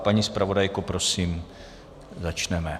Paní zpravodajko, prosím, začneme.